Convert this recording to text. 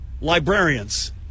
librarians